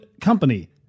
company